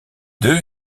deux